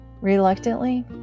Reluctantly